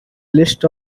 list